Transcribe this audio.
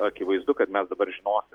akivaizdu kad mes dabar žinosim